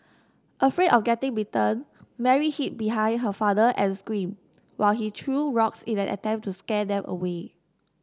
afraid of getting bitten Mary hid behind her father and screamed while he threw rocks in an attempt to scare them away